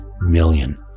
million